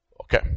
Okay